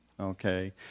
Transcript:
Okay